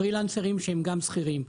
פרילנסרים שהם גם שכירים.